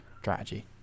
strategy